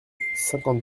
cinquante